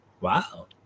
Wow